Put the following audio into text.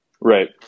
Right